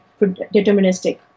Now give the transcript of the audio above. deterministic